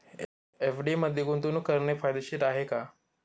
FD मध्ये गुंतवणूक करणे फायदेशीर आहे का?